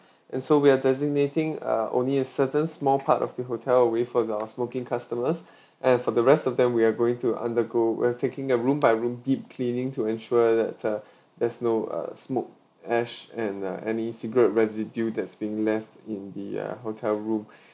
and so we're designating uh only a certain small part of the hotel away for the our smoking customers and for the rest of them we're going to undergo we're taking a room by room deep cleaning to ensure that uh there's no uh smoke ash and uh any cigarette residue that's being left in the uh hotel room